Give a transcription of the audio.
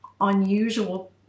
unusual